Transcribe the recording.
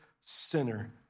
sinner